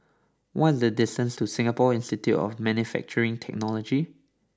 what is the distance to Singapore Institute of Manufacturing Technology